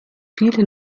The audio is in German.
viele